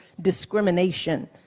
discrimination